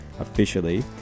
Officially